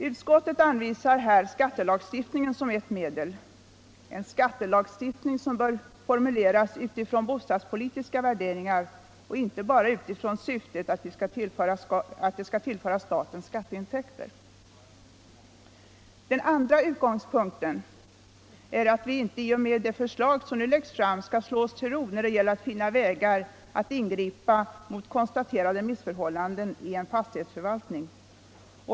Utskottet anvisar här skattelagstiftningen som ett medel — en skattelagstiftning som bör formuleras från bostadspolitiska värderingar och inte bara från syftet att tillföra staten skatteintäkter. Den andra utgångspunkten är att vi inte i och med de förslag som nu läggs fram skall slå oss till ro när det gäller att finna vägar att ingripa mot konstaterade missförhållanden i en fastighetsförvaltning.